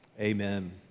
Amen